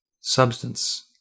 substance